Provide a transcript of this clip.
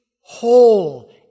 whole